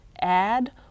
add